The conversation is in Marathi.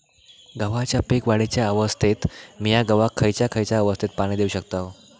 गव्हाच्या पीक वाढीच्या अवस्थेत मिया गव्हाक खैयचा खैयचा अवस्थेत पाणी देउक शकताव?